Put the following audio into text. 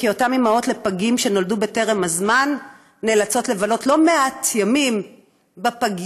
כי אותן אימהות לפגים שנולדו בטרם זמן נאלצות לבלות לא מעט ימים בפגייה,